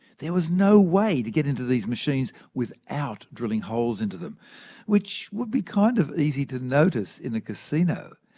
there was no way to get into these machines without drilling holes into them which would be kind of easy to notice in a casino.